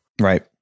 Right